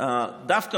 דווקא